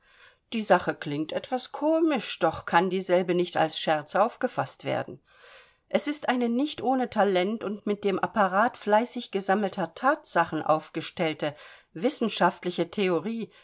die sache klingt etwas komisch doch kann dieselbe nicht als scherz aufgefaßt werden es ist eine nicht ohne talent und mit dem apparat fleißig gesammelter thatsachen aufgestellte wissenschaftliche theorie